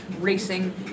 racing